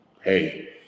hey